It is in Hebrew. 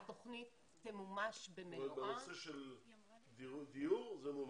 התוכנית תמומש במלואה --- זאת אומרת בנושא של דיור זה מומש.